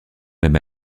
même